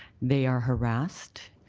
they are harassed,